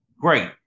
great